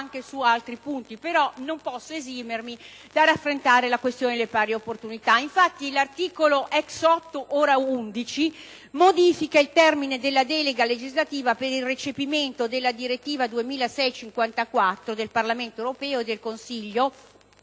anche su altri punti, però non posso esimermi dall'affrontare la questione delle pari opportunità. L'articolo 11 (8 nel testo del Governo) modifica il termine della delega legislativa per il recepimento della direttiva 2006/54/CE del Parlamento europeo e del Consiglio